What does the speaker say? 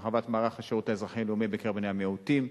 הרחבת מערך השירות האזרחי-לאומי בקרב בני המיעוטים,